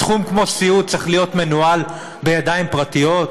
תחום כמו סיעוד צריך להיות מנוהל בידיים פרטיות?